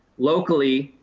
locally,